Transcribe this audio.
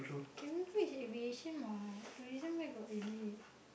cabin crew aviation what donation where got they need